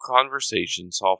conversations